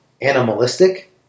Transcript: animalistic